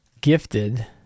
gifted